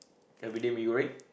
everyday mee-goreng